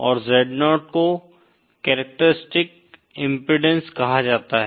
और Z0 को characteristic impedance कहा जाता है